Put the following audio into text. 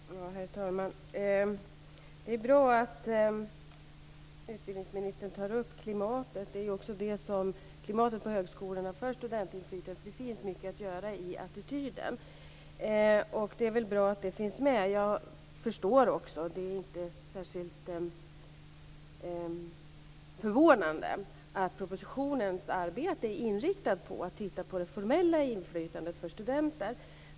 Herr talman! Det är bra att utbildningsministern tar upp klimatet för studentinflytande på högskolorna, för det finns mycket att göra i fråga om attityden. Det är väl bra att det finns med. Jag förstår också, det är inte särskilt förvånande, att propositionens arbete är inriktat på att titta på det formella inflytandet för studenter.